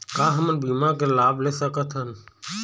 का हमन बीमा के लाभ ले सकथन?